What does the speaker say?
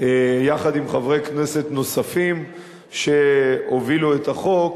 יחד עם חברי כנסת נוספים שהובילו את החוק,